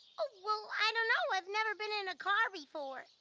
oh well i dunno i've never been in a car before.